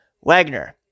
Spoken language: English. Wagner